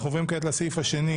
אנחנו עוברים כעת לסעיף השני.